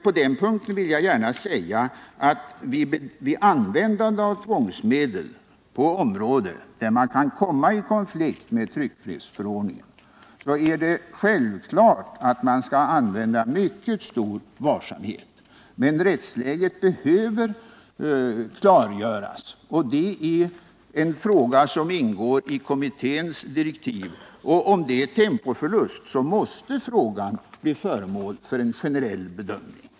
På den punkten vill jag gärna säga att vid användande av tvångsmedel på område där man kan komma i konflikt med tryckfrihetsförordningen är det självklart att man skall använda mycket stor varsamhet. Men rättsläget behöver klargöras, och frågan ingår i kommitténs direktiv. Även om det innebär tempoförlust måste frågan bli föremål för en generell bedömning.